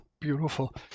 beautiful